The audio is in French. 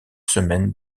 semaine